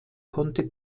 konnte